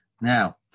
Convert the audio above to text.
now